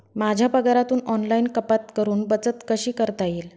माझ्या पगारातून ऑनलाइन कपात करुन बचत कशी करता येईल?